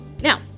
Now